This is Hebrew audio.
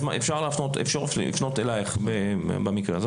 אז אפשר לפנות אליך במקרה הזה.